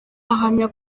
ahamya